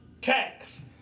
tax